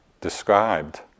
described